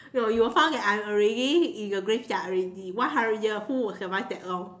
no you will find that I'm already in the graveyard already what hundred years who will survive that long